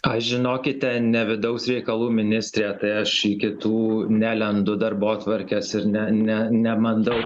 aš žinokite ne vidaus reikalų ministrė tai aš į kitų nelendu darbotvarkes ir ne ne nebandau